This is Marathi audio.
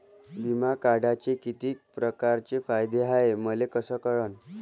बिमा काढाचे कितीक परकारचे फायदे हाय मले कस कळन?